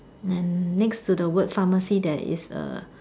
and next to the word pharmacy there is a